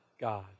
God